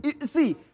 see